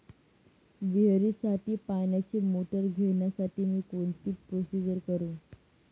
विहिरीसाठी पाण्याची मोटर घेण्यासाठी मी कोणती प्रोसिजर करु?